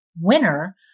winner